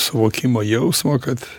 suvokimo jausmo kad